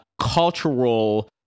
cultural